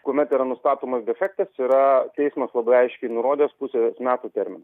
kuomet yra nustatomas defektas yra teismas labai aiškiai nurodęs pusės metų termin